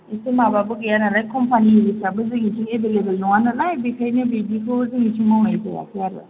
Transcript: एसे माबाबो गैया नालाय कम्पानि एरिफ्राबो जोंनिथिं एभेलेबेल नङा नालाय बेखायनो बिदिखौ जोंनिथिं मावनाय जायाखै आरो